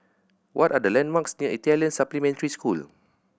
what are the landmarks near Italian Supplementary School